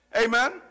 Amen